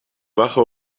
wache